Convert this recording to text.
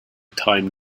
time